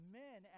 men